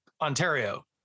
Ontario